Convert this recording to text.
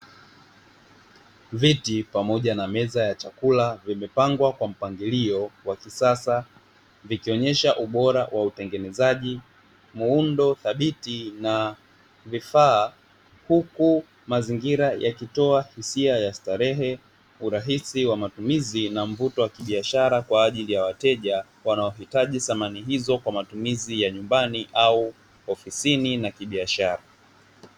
Viti pamoja na meza ya chakula vimepangwa kwa mpangilio wa kisasa, vikionyesha ubora wa utengenezaji, muundo thabiti na vifaa; huku mazingira yakitoa hisia ya starehe, urahisi wa matumizi na mvuto wa kibiashara kwa ajili ya wateja, wanaohitaji samani hizo kwa matumizi ya nyumbani au ofisini na kibiashara.